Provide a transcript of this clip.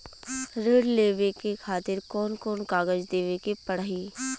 ऋण लेवे के खातिर कौन कोन कागज देवे के पढ़ही?